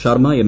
Sharma M